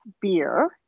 beer